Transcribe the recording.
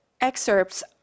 excerpts